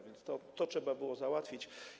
Więc to trzeba było załatwić.